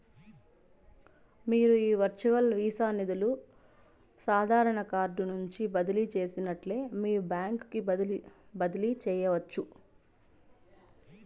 మీరు మీ virtual Visa నిదులు సాదారన కార్డు నుంచి బదిలీ చేసినట్లే మీ బాంక్ కి బదిలీ చేయచ్చు